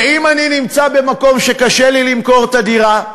ואם אני נמצא במקום שקשה לי למכור את הדירה,